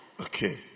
Okay